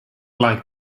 like